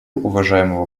уважаемого